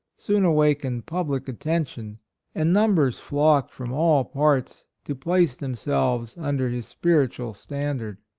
soon awakened public attention and numbers flocked from all parts to place themselves under his spiri tual standard.